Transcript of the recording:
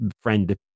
friend